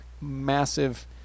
massive